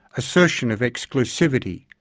assertion of exclusivity,